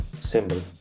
symbol